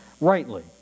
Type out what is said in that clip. rightly